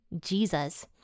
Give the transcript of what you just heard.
Jesus